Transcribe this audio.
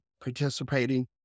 participating